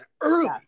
early